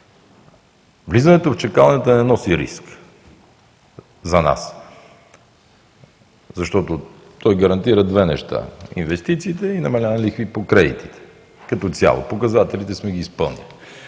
Влизането в чакалнята не носи риск за нас, защото то гарантира две неща: инвестициите и намаляване на лихви по кредитите като цяло, а показателите сме ги изпълнили.